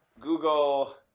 Google